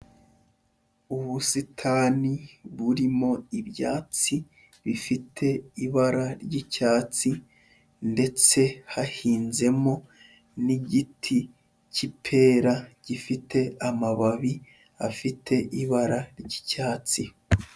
Ubusitani burimo ibyatsi bifite ibara ry'icyatsi ndetse hahinzemo n'igiti k'ipera, gifite amababi afite ibara ry'icyatsi.